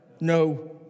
No